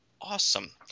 awesome